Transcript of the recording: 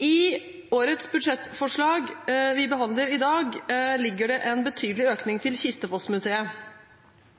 I årets budsjettforslag, som vi behandler i dag, ligger det en betydelig økning til